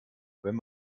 wenn